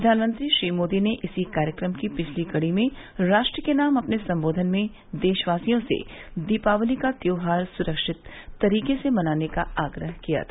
प्रधानमंत्री श्री मोदी ने इसी कार्यक्रम की पिछली कड़ी में राष्ट्र के नाम अपने सम्बोधन में देशवासियों से दीपावली का त्योहार सुरक्षित तरीके से मनाने का आग्रह किया था